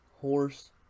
Horse